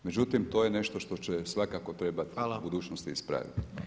Međutim, to je nešto što će svakako trebati u budućnosti ispraviti.